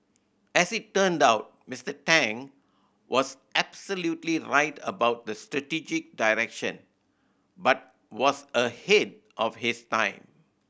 as it turned out Mister Tang was absolutely right about the strategic direction but was ahead of his time